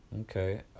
Okay